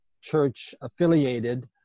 church-affiliated